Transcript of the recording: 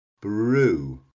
Brew